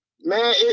man